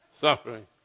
suffering